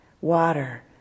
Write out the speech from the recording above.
water